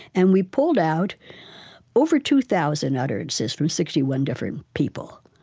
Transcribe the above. and we pulled out over two thousand utterances from sixty one different people.